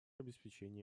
обеспечения